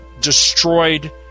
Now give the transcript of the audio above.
destroyed